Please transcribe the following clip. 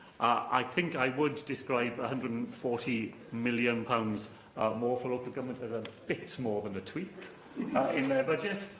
i think i would describe one hundred and forty million pounds more for local government as a bit more than a tweak in their budget,